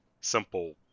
simple